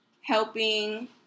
helping